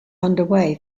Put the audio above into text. underway